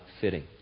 fitting